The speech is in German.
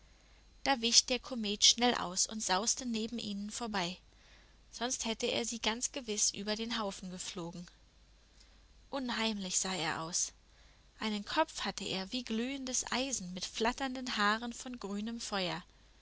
da wich der komet schnell aus und sauste neben ihnen vorbei sonst hätte er sie ganz gewiß über den haufen geflogen unheimlich sah er aus einen kopf hatte er wie glühendes eisen mit flatternden haaren von grünem feuer